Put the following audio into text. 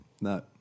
no